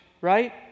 right